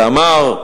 ואמר: